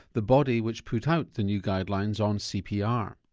the body which put out the new guidelines on cpr.